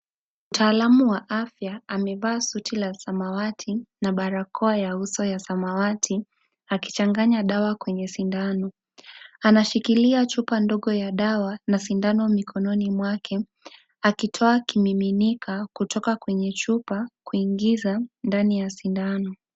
Mtaalamu wa afya, amevaa suti la samawati na barakoa ya uso wa samawati, akichanganya dawa kwenye sindano. Anashikilia chupa ndogo ya dawa na sindano mkononi mwake, akitoa kimiminika kutoka kwenye chupa, kuingizwa ndani ya sindano.